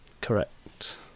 correct